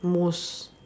most